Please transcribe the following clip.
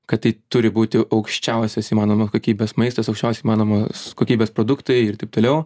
kad tai turi būti aukščiausios įmanomos kokybės maistas aukščiausi įmanomos kokybės produktai ir taip toliau